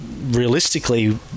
realistically